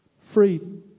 Free